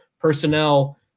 personnel